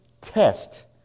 test